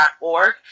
org